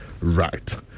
right